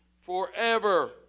forever